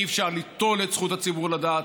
אי-אפשר ליטול את זכות הציבור לדעת,